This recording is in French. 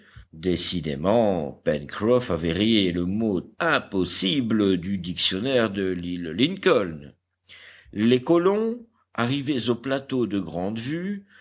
rayé le mot impossible du dictionnaire de l'île lincoln les colons arrivés au plateau de